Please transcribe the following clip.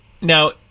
now